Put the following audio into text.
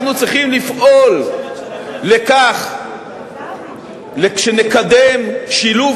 אנחנו צריכים לפעול לכך שנקדם שילוב